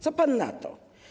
Co pan na to?